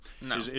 No